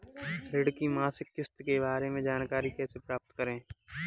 ऋण की मासिक किस्त के बारे में जानकारी कैसे प्राप्त करें?